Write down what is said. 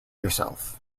yourself